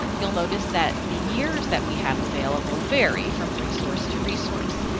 you'll notice that the years that we have available vary from resource to resource.